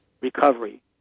recovery